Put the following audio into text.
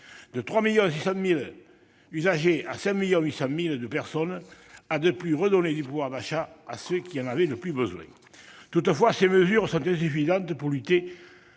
de 3,6 millions à 5,8 millions de personnes a de plus redonné du pouvoir d'achat à ceux qui en avaient le plus besoin. Toutefois, ces mesures sont insuffisantes pour lutter